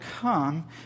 come